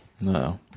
No